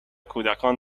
کودکان